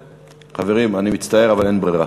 חברים, אני מצטער אבל אין ברירה.